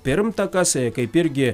pirmtakas kaip irgi